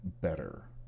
better